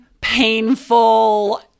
painful –